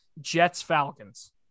Jets-Falcons